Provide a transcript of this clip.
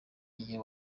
igihe